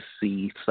see